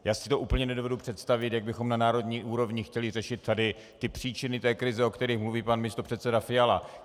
Já si to úplně nedovedu představit, jak bychom na národní úrovni chtěli řešit příčiny krize, o kterých mluví pan místopředseda Fiala.